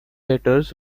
letters